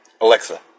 Alexa